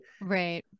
Right